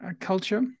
culture